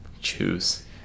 choose